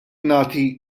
nagħti